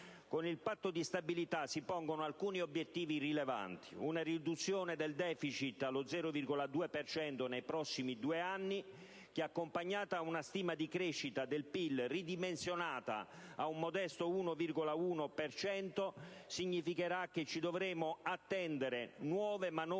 Con il Patto di stabilità si pongono alcuni obiettivi rilevanti. Una riduzione del deficit allo 0,2 per cento nei prossimi due anni che, accompagnata a una stima di crescita del PIL ridimensionata ad un modesto 1,1 per cento, significherà che ci dovremo attendere nuove manovre